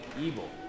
evil